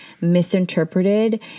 misinterpreted